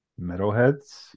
Metalheads